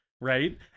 Right